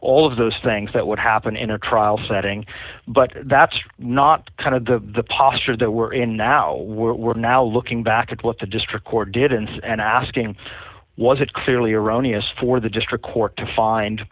all of those things that would happen in a trial setting but that's not kind of the posture that we're in now we're now looking back at what the district court didn't say and asking was it clearly erroneous for the district court to find